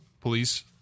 police